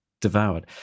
devoured